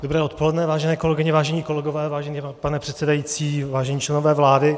Dobré odpoledne, vážené kolegyně, vážení kolegové, vážený pane předsedající, vážení členové vlády.